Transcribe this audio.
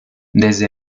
desde